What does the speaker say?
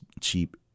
cheap